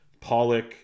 Pollock